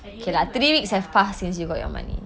and even like ya